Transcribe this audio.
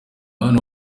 hano